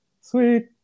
Sweet